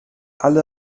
alle